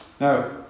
Now